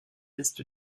est